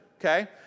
Okay